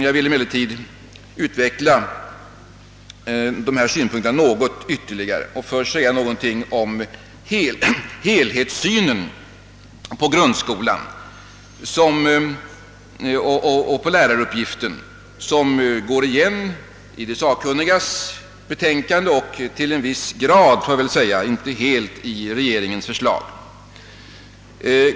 Jag vill emellertid utveckla de synpunkterna något mera och först då säga någonting om helhetssynen på grundskolan och på läraruppgiften, som går igen i de sakkunnigas betänkande och till viss grad — inte helt — i regeringens förslag.